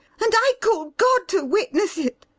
and i call god to witness it